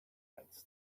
writes